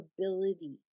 ability